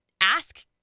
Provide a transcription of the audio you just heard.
ask